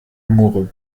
amoureux